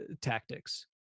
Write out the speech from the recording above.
tactics